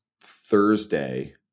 Thursday